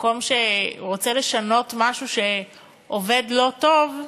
המקום שרוצה לשנות משהו שעובד לא טוב,